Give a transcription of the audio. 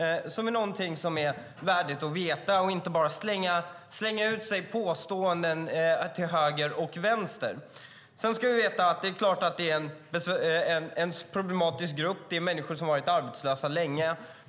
Det är någonting som är värt att veta, i stället för att man slänger ur sig påståenden till höger och vänster. Sedan ska vi veta att det är fråga om en problematisk grupp. Det är människor som har varit arbetslösa länge.